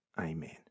Amen